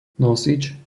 nosič